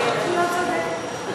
אני צודקת.